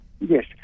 Yes